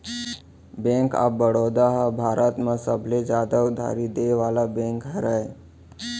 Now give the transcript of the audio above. bank of Baroda ह भारत म सबले जादा उधारी देय वाला बेंक हरय